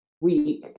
week